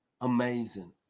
Amazing